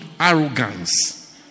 arrogance